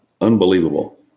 unbelievable